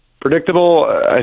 predictable